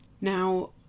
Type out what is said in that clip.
Now